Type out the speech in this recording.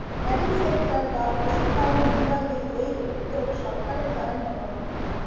dairy sector বা পশুপালন বিভাগে এই উদ্যোগ সরকারের দ্বারা নেওয়া হয়